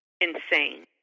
insane